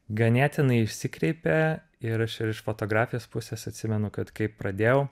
ganėtinai išsikreipė ir aš ir iš fotografijos pusės atsimenu kad kai pradėjau